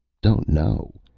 don't know?